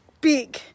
big